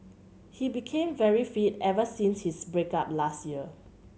he became very fit ever since his break up last year